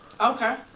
Okay